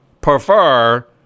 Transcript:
prefer